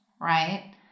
right